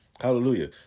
Hallelujah